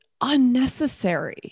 unnecessary